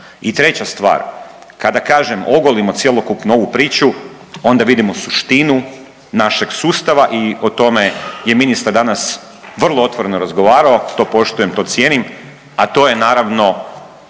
I treća stvar kada kažem ogulimo cjelokupnu ovu priču onda vidimo suštinu našeg sustava i o tome je ministar danas vrlo otvoreno razgovarao. To poštujem, to cijenim, a to je naravno